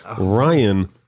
Ryan